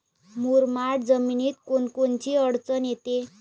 मुरमाड जमीनीत कोनकोनची अडचन येते?